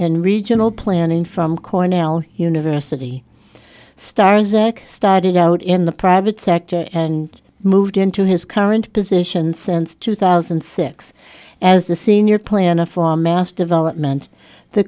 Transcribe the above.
in regional planning from cornell university stars eric started out in the private sector and moved into his current position since two thousand and six as the senior planet for mass development the